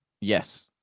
Yes